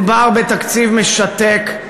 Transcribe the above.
מדובר בתקציב משתק,